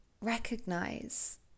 recognize